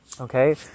okay